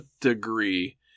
degree